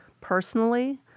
personally